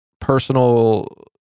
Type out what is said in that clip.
personal